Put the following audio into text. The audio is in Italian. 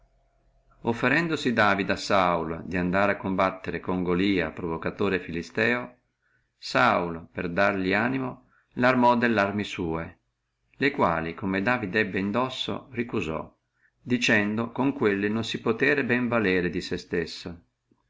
offerendosi david a saul di andare a combattere con golia provocatore filisteo saul per dargli animo larmò dellarme sua le quali come david ebbe indosso recusò dicendo con quelle non si potere bene valere di sé stesso